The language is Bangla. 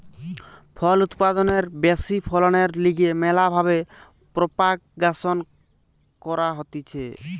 ফল উৎপাদনের ব্যাশি ফলনের লিগে ম্যালা ভাবে প্রোপাগাসন ক্যরা হতিছে